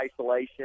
isolation